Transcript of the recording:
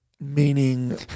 Meaning